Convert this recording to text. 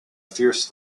fierce